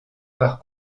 par